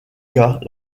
cas